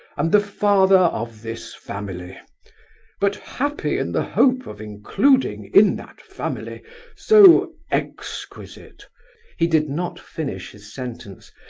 and the father of this family but happy in the hope of including in that family so exquisite he did not finish his sentence,